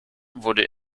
wurde